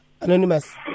Anonymous